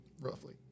roughly